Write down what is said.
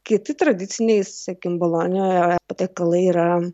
kiti tradiciniai sakykim bolonijoje patiekalai yra